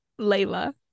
Layla